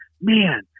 man